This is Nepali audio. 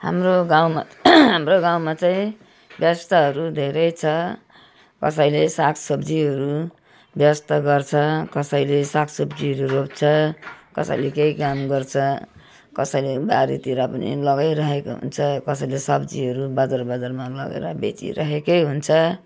हाम्रो गाउँमा हाम्रो गाउँमा चाहिँ व्यवस्थाहरू धेरै छ कसैले सागसब्जीहरू व्यवस्था गर्छ कसैले सागसब्जीहरू रोप्छ कसैले केही काम गर्छ कसैले बारीतिर पनि लगाइरहेको हुन्छ कसैले सब्जीहरू बजार बजारमा लगेर बेचिरहेकै हुन्छ